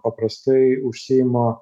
paprastai užsiima